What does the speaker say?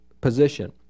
position